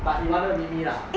but he want to meet me lah